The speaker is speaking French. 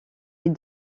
est